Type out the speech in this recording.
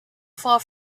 far